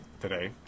today